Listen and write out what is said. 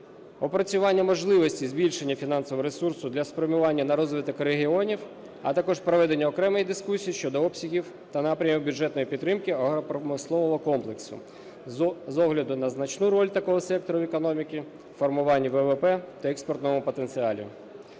опрацювання можливості збільшення фінансового ресурсу для спрямування на розвиток регіонів, а також проведення окремої дискусії щодо обсягів та напрямків бюджетної підтримки агропромислового комплексу, з огляду на значну роль такого сектору економіки в формуванні ВВП та в експортному потенціалі.